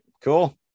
cool